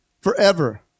forever